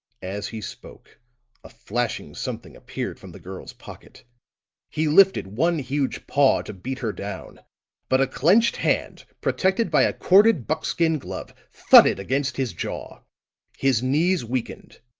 as he spoke flashing something appeared from the girl's pocket he lifted one huge paw to beat her down but a clenched hand, protected by a corded buckskin glove, thudded against his jaw his knees weakened,